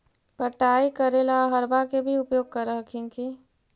पटाय करे ला अहर्बा के भी उपयोग कर हखिन की?